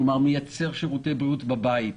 כלומר מייצר שירותי בריאות בבית,